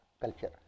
culture